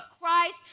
christ